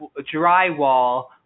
drywall